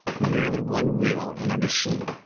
merely one wheel in a machine,